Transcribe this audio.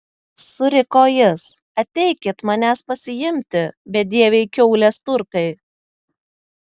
suriko jis ateikit manęs pasiimti bedieviai kiaulės turkai